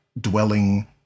dwelling